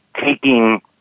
taking